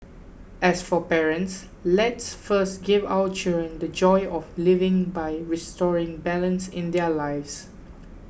as for parents let's first give our children the joy of living by restoring balance in their lives